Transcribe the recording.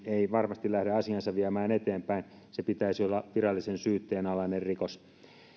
ei varmasti lähde asiaansa viemään eteenpäin sen pitäisi olla virallisen syytteen alainen rikos